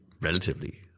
relatively